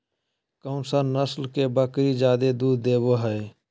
कौन सा नस्ल के बकरी जादे दूध देबो हइ?